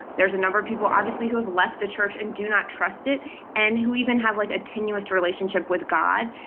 there's a number of people, obviously, who have left the church and do not trust it and who even have, like, a tenuous relationship with god,